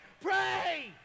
pray